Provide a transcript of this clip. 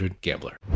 Gambler